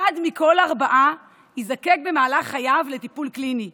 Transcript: אחד מכל ארבעה יזדקק במהלך חייו לטיפול קליני.